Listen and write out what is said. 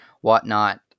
whatnot